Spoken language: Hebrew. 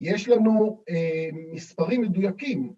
‫יש לנו מספרים מדויקים.